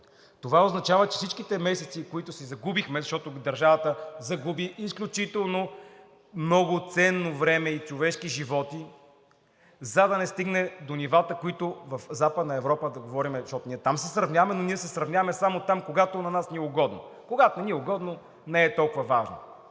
Това означава, че всичките месеци, които си загубихме, защото държавата загуби изключително много ценно време и човешки животи, за да не стигне до нивата, до които в Западна Европа да говорим, защото ние там се сравняваме, но ние се сравняваме там само когато на нас ни е угодно, а когато не ни е угодно, не е толкова важно!